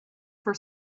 for